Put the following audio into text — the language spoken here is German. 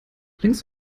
längs